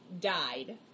died